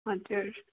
हजुर